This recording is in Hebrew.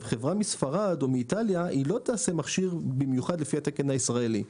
חברה מספרד או מאיטליה לא תעשה מכשיר במיוחד לפי התקן הישראלי.